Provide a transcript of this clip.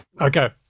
Okay